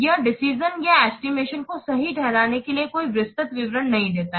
यह डिसिशन या एस्टीमेशन को सही ठहराने के लिए कोई विस्तृत विवरण नहीं देता है